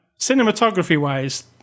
Cinematography-wise